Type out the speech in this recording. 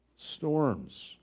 storms